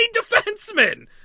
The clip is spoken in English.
defenseman